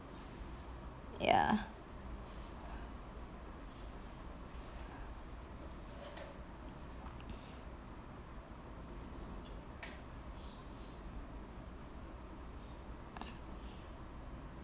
ya